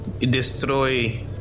destroy